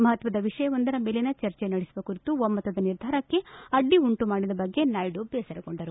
ಮಹತ್ವದ ವಿಷಯವೊಂದರ ಮೇಲಿನ ಚರ್ಚೆ ನಡೆಸುವ ಕುರಿತ ಒಮ್ಮತದ ನಿರ್ಧಾರಕ್ಕೆ ಅಡ್ಡಿ ಉಂಟಾದ ಬಗ್ಗೆ ನಾಯ್ಡ ಬೇಸರಗೊಂಡರು